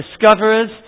discoverers